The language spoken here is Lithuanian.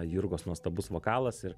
jurgos nuostabus vokalas ir